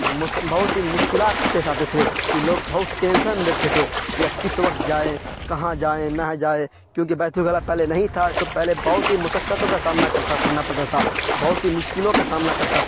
بہت ہی مشکلات پیش آتے تھے کہ لوگ بہت ٹینشن میں رہتے تھے کہ اب کس وقت جائیں کہاں جائیں نہ جائیں کیونکہ بیت الخلا پہلے نہیں تھا تو پہلے بہت ہی مشقتوں کا سامنا کرتا کرنا پرتا تھا بہت ہی مشکلوں کا سامنا کرتا